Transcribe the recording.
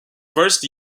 first